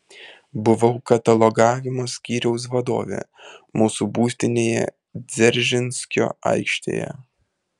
buvau katalogavimo skyriaus vadovė mūsų būstinėje dzeržinskio aikštėje